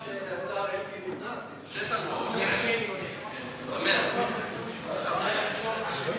חזן, איך לא חשבת על זה?